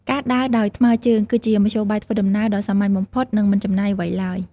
ការដើរដោយថ្មើរជើងគឺជាមធ្យោបាយធ្វើដំណើរដ៏សាមញ្ញបំផុតនិងមិនចំណាយអ្វីឡើយ។